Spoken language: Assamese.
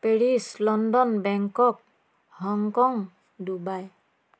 Paris London Bangkok Hong Kong Dubai